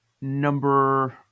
number